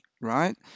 right